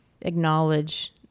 acknowledge